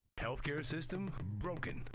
healthcare system, broken.